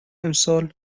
امسال